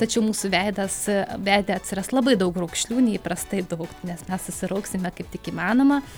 tačiau mūsų veidas veide atsiras labai daug raukšlių neįprastai daug nes mes susirauksime kaip tik įmanoma